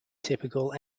typical